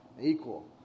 Equal